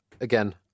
again